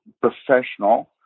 professional